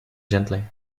gently